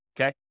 okay